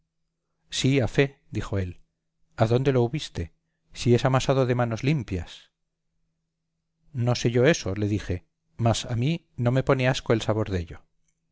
sí a fe dijo él adónde lo hubiste si es amasado de manos limpias no sé yo eso le dije mas a mí no me pone asco el sabor dello